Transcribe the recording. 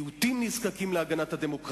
יותר קל להגיע לראש הממשלה באוסלו מאשר, נניח,